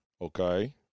okay